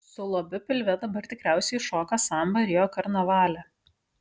su lobiu pilve dabar tikriausiai šoka sambą rio karnavale